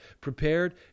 prepared